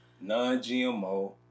non-GMO